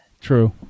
True